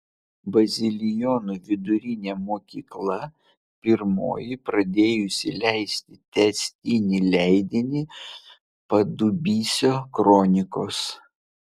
bazilionų vidurinė mokykla pirmoji pradėjusi leisti tęstinį leidinį padubysio kronikos